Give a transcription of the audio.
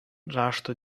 rašto